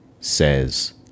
says